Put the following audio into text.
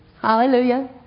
Hallelujah